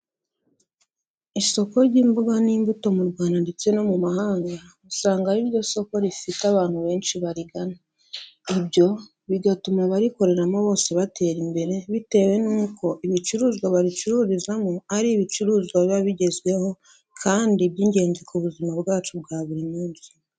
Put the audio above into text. Isoko ry'imboga n'imbuto mu Rwanda ndetse no mu mahanga, usanga ariryo soko rifite abantu benshi barigana. Ibyo bigatuma abarikoreramo bose batera imbere, bitewe nuko ibicuruzwa baricururizamo ari ibicuruzwa biba bigezweho, kandi by'ingenzi ku buzima bwacu bwa buri munsi.